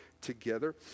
together